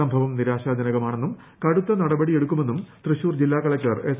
സംഭവം നിരാശജനകമാണെന്നും കടുത്ത നടപടിയെടുക്കുമെന്നും തൃശ്ശൂർ ജില്ലാ കളക്ടർ എസ്